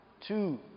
Two